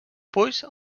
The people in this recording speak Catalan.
polls